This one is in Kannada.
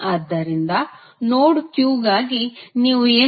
ಆದ್ದರಿಂದ ನೋಡ್ Q ಗಾಗಿ ನೀವು ಏನು ಹೇಳಬಹುದು